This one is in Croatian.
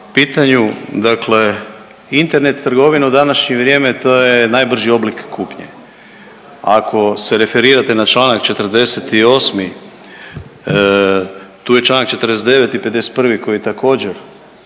pitanju. Dakle internet trgovina u današnje vrijeme, to je najbrži oblik kupnje. Ako se referirate na čl. 48., tu je čl. 49. i 51. koji je također,